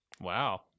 Wow